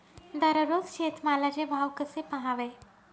दररोज शेतमालाचे भाव कसे पहावे?